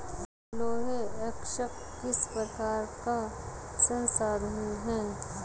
लौह अयस्क किस प्रकार का संसाधन है?